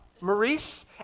Maurice